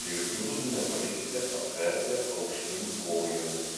ir jokiu būdu nepalikite apvertę aukštyn kojomis